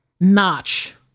notch